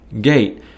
gate